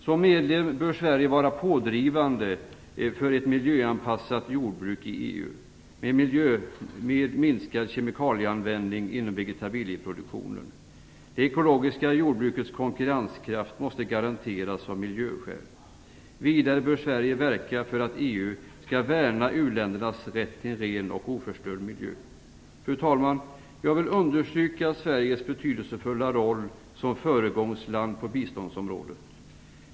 Som medlem bör Sverige vara pådrivande för ett miljöanpassat jordbruk i EU med minskad kemikalieanvändning inom vegetabilieproduktionen. Det ekologiska jordbrukets konkurrenskraft måste garanteras av miljöskäl. Vidare bör Sverige verka för att EU skall värna uländernas rätt till en ren och oförstörd miljö. Fru talman! Jag vill understryka Sveriges betydelsefulla roll som föregångsland på biståndsområdet.